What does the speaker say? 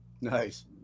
Nice